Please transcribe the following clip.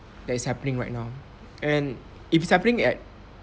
that is happening right now and if it's happening at